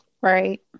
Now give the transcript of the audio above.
Right